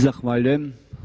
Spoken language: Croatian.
Zahvaljujem.